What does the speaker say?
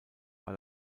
war